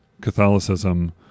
Catholicism